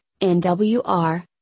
NWR